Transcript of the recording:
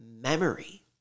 memory